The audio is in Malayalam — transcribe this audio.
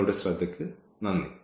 നിങ്ങളുടെ ശ്രദ്ധയ്ക്ക് നന്ദി